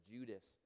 Judas